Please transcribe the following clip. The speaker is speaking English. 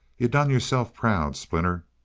you done yourself proud, splinter.